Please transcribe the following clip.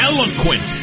Eloquent